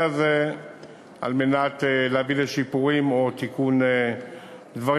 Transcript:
הזה על מנת להביא לשיפורים או תיקון דברים.